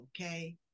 okay